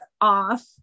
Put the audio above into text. off